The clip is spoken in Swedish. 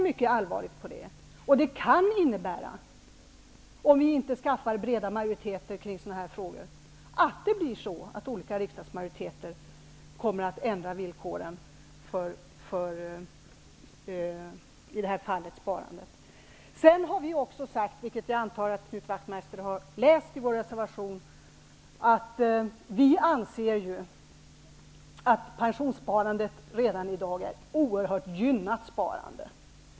Om vi inte skaffar breda majoriteter kring sådana här frågor, kan det innebära att olika riksdagsmajoriteter kommer att ändra villkoren för, i det här fallet, sparandet. Vi har också sagt, vilket jag antar att Knut Wachtmeister har läst i vår reservation, att vi anser att pensionssparandet redan i dag är oerhört gynnat sparande.